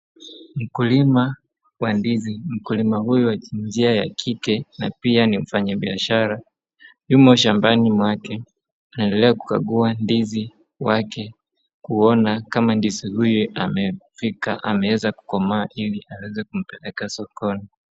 Mkulima wa ndizi, mkulima huyu wa jinsia ya kike na pia ni mfanyabiashara yumo shambani mwake anaendelea kukagua ndizi wake kuona kama ndizi hii amefika ameweza kukomaa ili aweze kumpeleka sokoni.